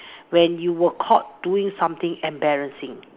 when you were caught doing something embarrassing